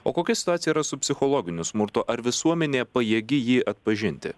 o kokia situacija yra su psichologiniu smurtu ar visuomenė pajėgi jį atpažinti